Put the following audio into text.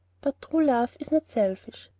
but true love is not selfish.